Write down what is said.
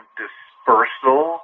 dispersal